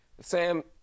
Sam